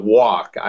walk